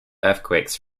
earthquakes